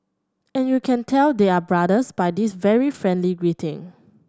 and you can tell they are brothers by this very friendly greeting